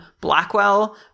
Blackwell